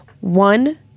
One